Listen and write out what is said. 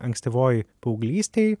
ankstyvoj paauglystėj